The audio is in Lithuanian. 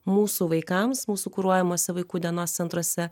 mūsų vaikams mūsų kuruojamose vaikų dienos centruose